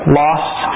lost